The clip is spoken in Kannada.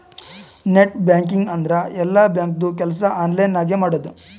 ನೆಟ್ ಬ್ಯಾಂಕಿಂಗ್ ಅಂದುರ್ ಎಲ್ಲಾ ಬ್ಯಾಂಕ್ದು ಕೆಲ್ಸಾ ಆನ್ಲೈನ್ ನಾಗೆ ಮಾಡದು